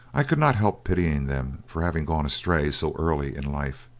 i could not help pitying them for having gone astray so early in life.